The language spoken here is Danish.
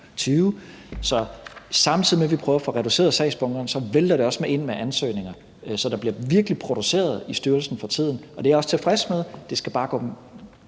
samtidig med at vi prøver at få reduceret sagsbunkerne, vælter det også ind med ansøgninger, så der bliver virkelig produceret i styrelsen for tiden, og det er jeg også tilfreds med.